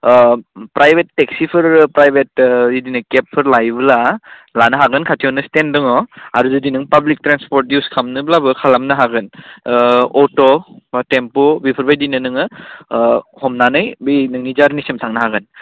private टेक्सिफोर private बिदिनो केबफोर लायोब्ला लानो हागोन खाथियावनो स्टेन्द दङ आरो जुदि नों पाब्लिक ट्रेन्सपर्ट इउज खामनोब्लाबो खालामनो हागोन अट' बा टेम्प' बेफोरबायदिनो नोङो हमनानै बै नोंनि जार्निसिम थांनो हागोन